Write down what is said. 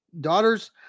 daughters